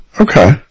Okay